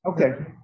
Okay